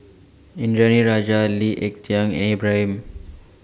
Indranee Rajah Lee Ek Tieng Ibrahim